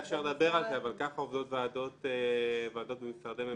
אפשר לדבר על זה אבל כך עובדות ועדות במשרדי ממשלה.